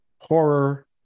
horror